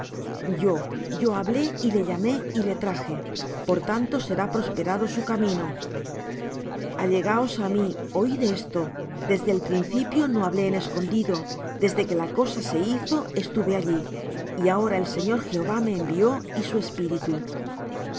yo yo hablé y le llamé y le traje por tanto será prosperado su camino allegaos á mí oid esto desde el principio no hablé en escondido desde que la cosa se hizo estuve allí y ahora el señor jehová me envió y su espíritu